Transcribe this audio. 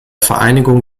vereinigung